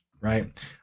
right